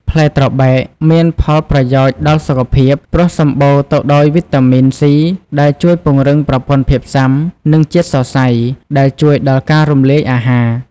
ផ្លែត្របែកមានផល់ប្រយោជន៍ដល់សុខភាព ព្រោះសម្បូរទៅដោយ វីតាមីន សុី ដែលជួយពង្រឹងប្រព័ន្ធភាពស៊ាំ និង ជាតិសរសៃ ដែលជួយដល់ការរំលាយអាហារ។